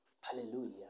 Hallelujah